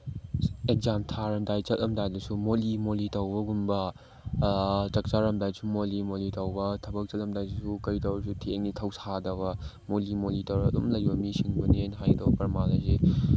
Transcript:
exam ꯊꯥꯔꯝꯗꯥꯏ ꯆꯠꯂꯝꯗꯥꯏꯗꯁꯨ ꯃꯣꯂꯤ ꯃꯣꯂꯤ ꯇꯧꯕꯒꯨꯝꯕ ꯆꯥꯛ ꯆꯥꯔꯝꯗꯥꯏꯁꯨ ꯃꯣꯂꯤ ꯃꯣꯂꯤ ꯇꯧꯕ ꯊꯕꯛ ꯆꯠꯂꯝꯗꯥꯏꯗꯁꯨ ꯀꯔꯤ ꯇꯧꯔꯁꯨ ꯊꯦꯡꯉꯦ ꯊꯧꯁꯥꯗꯕ ꯃꯣꯂꯤ ꯃꯣꯂꯤ ꯇꯧꯔ ꯑꯗꯨꯝ ꯂꯩꯕ ꯃꯤꯁꯤꯡꯗꯨꯅꯤ ꯑꯩꯅ ꯍꯥꯏꯒꯗꯧ ꯄ꯭ꯔꯃꯥꯟ ꯑꯁꯤ